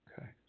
Okay